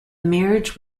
marriage